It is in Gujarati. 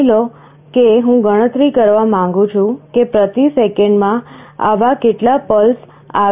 માની લો કે હું ગણતરી કરવા માંગુ છું કે પ્રતિ સેકંડમાં આવા કેટલા પલ્સ આવે છે